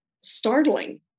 startling